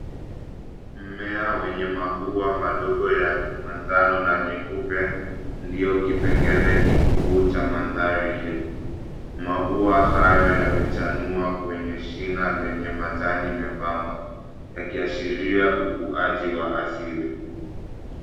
Mmea wenye maua madogo ya manjano na nyeupe ndio kipengele kikuu cha mandhari hii. Maua hayo yamechanua kwenye shina lenye majani membamba, yakiashiria ukuaji wa asili.